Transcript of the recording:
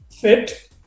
fit